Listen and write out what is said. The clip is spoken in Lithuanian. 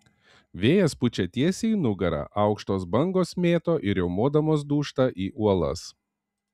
vėjas pučia tiesiai į nugarą aukštos bangos mėto ir riaumodamos dūžta į uolas